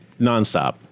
nonstop